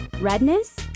redness